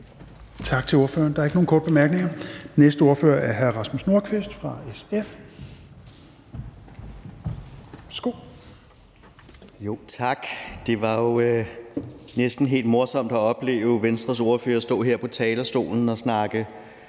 Tak til ordføreren. Der er ikke nogen korte bemærkninger. Den næste ordfører er hr. Rasmus Nordqvist fra SF. Værsgo. Kl. 16:21 (Ordfører) Rasmus Nordqvist (SF): Tak. Det var jo næsten helt morsomt at opleve Venstres ordfører stå her på talerstolen og snakke